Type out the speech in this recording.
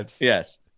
Yes